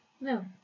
No